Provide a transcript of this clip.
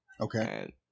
Okay